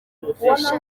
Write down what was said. gufasha